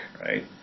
right